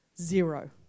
Zero